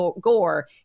Gore